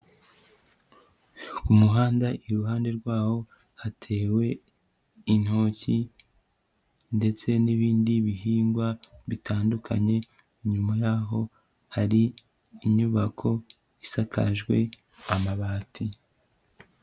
Ku muhanda iruhande rwawo, hatewe intoki, ndetse n'ibindi bihingwa bitandukanye. Inyuma yaho hari inyubako isakajwe amabati.